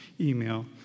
email